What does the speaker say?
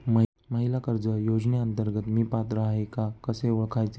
महिला कर्ज योजनेअंतर्गत मी पात्र आहे का कसे ओळखायचे?